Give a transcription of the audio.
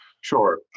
Sure